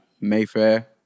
Mayfair